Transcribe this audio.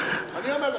אני אומר לך.